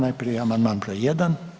Najprije amandman br. 1.